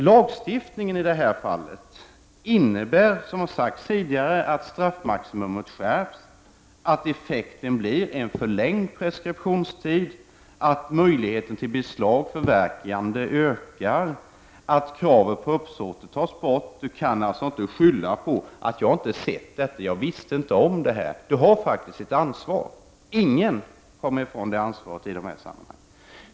Lagstiftningen i det här fallet innebär, som tidigare har sagts, att straffsatserna skärps, att effekten blir en förlängd preskriptionstid, att möjligheten till beslagstagande ökar, att kravet på uppsåt tas bort. Man kan alltså inte längre skylla på att man inte visste. Man har faktiskt ett ansvar. Ingen kommer ifrån detta ansvar.